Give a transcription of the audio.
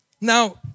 Now